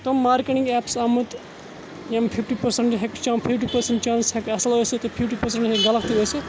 تِم marketing apps آمٕتۍ یِم فِفٹی پٔرسَنٛٹ ہیٚکہِ چا فِفٹی پٔرسَنٛٹ چانٕس ہیٚکہِ اَصٕل ٲسِتھ تہٕ فِفٹی پٔرسَنٛٹ ہیٚکہِ غلط تہِ ٲسِتھ